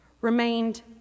remained